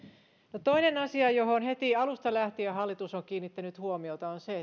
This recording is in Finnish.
toinen asia johon heti alusta lähtien hallitus on kiinnittänyt huomiota on se